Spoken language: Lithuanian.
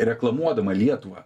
reklamuodama lietuvą